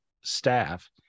staff